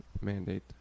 mandate